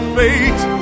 fate